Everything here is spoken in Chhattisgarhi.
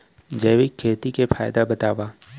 जैविक खेती के फायदा बतावा?